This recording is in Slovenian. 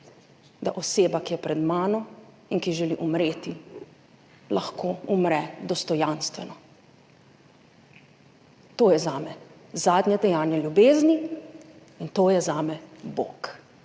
da oseba, ki je pred mano in ki želi umreti, lahko umre dostojanstveno. To je zame zadnje dejanje ljubezni in to je zame Bog